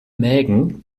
mägen